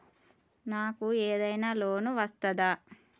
నాకు ఏదైనా లోన్ వస్తదా?